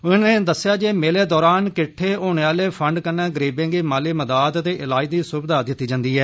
उनें दस्सेआ जे मेले दौरान किद्इे होने आले फंड कन्नै गरीबें गी माली मदाद ते इलाज दी सुविघा दित्ती जन्दी ऐ